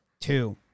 two